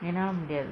then now the